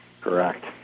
Correct